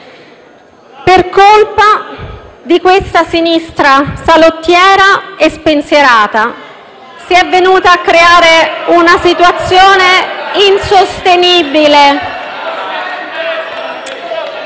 Per colpa di questa sinistra, salottiera e spensierata, si è venuta a creare una situazione insostenibile...